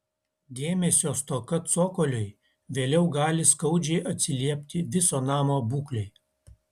dėmesio stoka cokoliui vėliau gali skaudžiai atsiliepti viso namo būklei